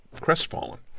crestfallen